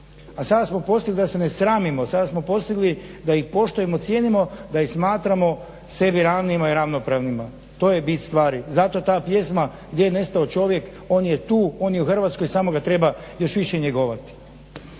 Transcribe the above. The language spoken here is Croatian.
A sada smo postigli da se ne sramimo, sada smo postigli da ih poštujemo, da ih cijenimo, da ih smatramo sebi ravnima i ravnopravnima. To je bit stvari. Zato ta pjesma gdje je nestao čovjek, on je tu, on je u Hrvatskoj samo ga treba još više njegovati.